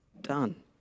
done